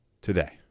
today